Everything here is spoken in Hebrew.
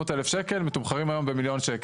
אז 500,000 שקל, מתומחרים היום במיליון שקל.